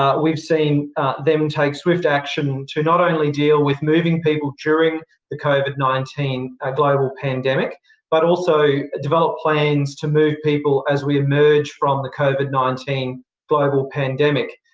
we've seen them take swift action to not only deal with moving people during the covid nineteen ah global pandemic but also develop plans to move people as we emerge from the covid nineteen global pandemic.